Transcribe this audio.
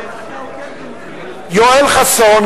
יואל חסון,